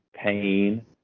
Pain